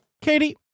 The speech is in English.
Katie